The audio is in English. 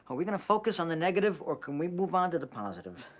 are we gonna focus on the negative, or can we move on to the positive,